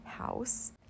House